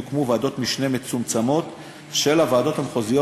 יוקמו ועדות משנה מצומצמות של הוועדות המחוזיות